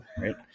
right